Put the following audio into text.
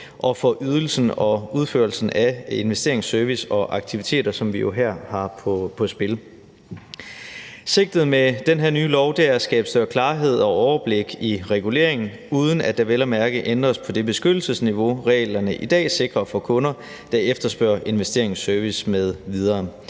og for ydelsen og udførelsen af investeringsservice og -aktiviteter, som vi jo her har på spil. Sigtet med den her nye lov er at skabe større klarhed og overblik i reguleringen, uden at der vel og mærke ændres på det beskyttelsesniveau, reglerne i dag sikrer for kunder, der efterspørger investeringsservice m.v.